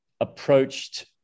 approached